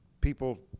people